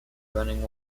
running